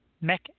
Mech